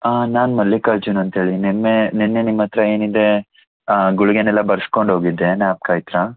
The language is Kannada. ಹಾಂ ನಾನು ಮಲ್ಲಿಕಾರ್ಜುನ್ ಅಂತ ಹೇಳಿ ನಿನ್ನೆ ನಿನ್ನೆ ನಿಮ್ಮ ಹತ್ರ ಏನಿದೆ ಗುಳಿಗೆನೆಲ್ಲ ಬರ್ಸ್ಕೊಂಡು ಹೋಗಿದ್ದೆ ಜ್ಞಾಪಕ ಐತ್ರಾ